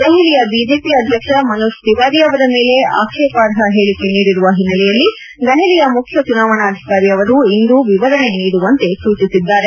ದೆಹಲಿಯ ಬಿಜೆಪಿ ಅಧ್ಯಕ್ಷ ಮನೋಜ್ ತಿವಾರಿ ಅವರ ಮೇಲೆ ಆಕ್ಷೇಪಣಾರ್ಹ ಹೇಳಿಕೆ ನೀಡಿರುವ ಹಿನ್ನೆಲೆಯಲ್ಲಿ ದೆಹಲಿಯ ಮುಖ್ಯ ಚುನಾವಣಾಧಿಕಾರಿ ಅವರು ಇಂದು ವಿವರಣೆ ನೀಡುವಂತೆ ಸೂಚಿಸಿದ್ದಾರೆ